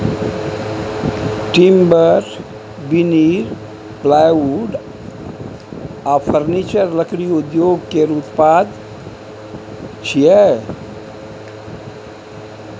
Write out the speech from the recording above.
timber, veneer, plywood आ furniture लकड़ी उद्योग केर उत्पाद छियै